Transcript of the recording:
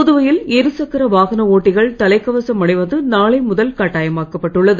புதுவையில் இருசக்கர வாகன ஓட்டிகள் தலைக்கவசம் அணிவது நாளை முதல் கட்டாயமாக்கப்பட்டுள்ளது